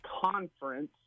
conference